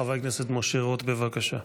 חבר הכנסת משה רוט, בבקשה.